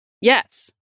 Yes